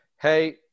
hey